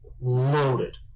loaded